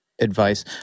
advice